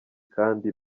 kandi